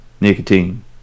Nicotine